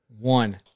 one